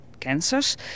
cancers